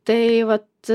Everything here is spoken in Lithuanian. tai vat